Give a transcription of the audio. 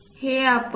हे आपण 2